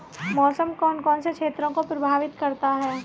मौसम कौन कौन से क्षेत्रों को प्रभावित करता है?